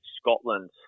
Scotland